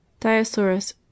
Diosaurus